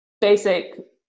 basic